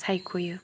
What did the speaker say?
सायख'यो